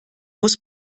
muss